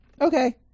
Okay